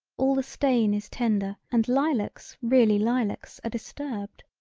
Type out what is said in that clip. all the stain is tender and lilacs really lilacs are disturbed.